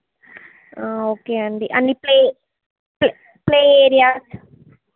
okay అండి అన్ని play play play area